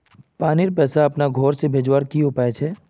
पानीर पैसा अपना घोर से भेजवार की उपाय छे?